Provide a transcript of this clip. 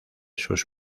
sus